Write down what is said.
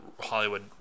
Hollywood